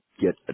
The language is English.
get